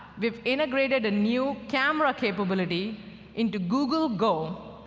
we've integrated a new camera capability into google go.